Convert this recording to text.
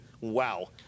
Wow